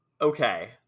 Okay